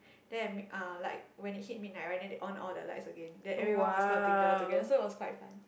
then uh like when it hit midnight right then they on all the lights again then everyone was counting down together so it was quite fun